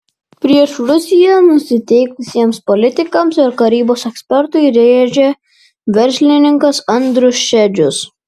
prieš rusiją nusiteikusiems politikams ir karybos ekspertui rėžė verslininkas andrius šedžius